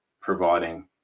providing